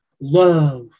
love